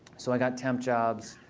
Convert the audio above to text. so i got temp jobs.